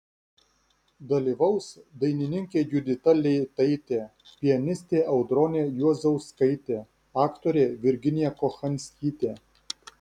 dalyvaus dainininkė judita leitaitė pianistė audronė juozauskaitė aktorė virginija kochanskytė